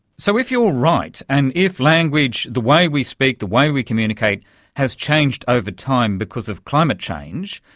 so if you are right and if language, the way we speak, the way we communicate has changed over time because of climate change,